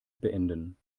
beenden